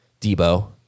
Debo